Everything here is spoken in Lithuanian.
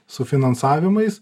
su finansavimais